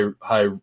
high